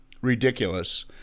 ridiculous